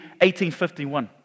1851